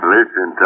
Listen